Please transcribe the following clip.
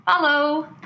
follow